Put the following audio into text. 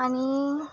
आणि